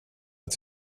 att